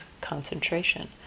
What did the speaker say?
concentration